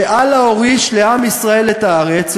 שאללה הוריש לעם ישראל את הארץ.